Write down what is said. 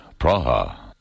Praha